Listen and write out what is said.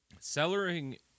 Cellaring